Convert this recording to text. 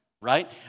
right